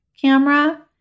camera